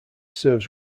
serves